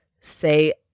say